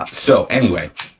so anyway,